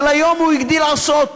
אבל היום הוא הגדיל לעשות.